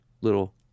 little